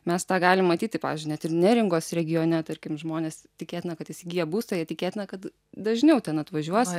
mes tą galim matyti pavyzdžiui net ir neringos regione tarkim žmonės tikėtina kad įsigiję būstą jie tikėtina kad dažniau ten atvažiuos